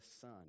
Son